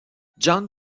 john